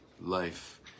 life